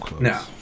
No